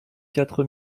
quatre